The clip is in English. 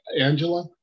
angela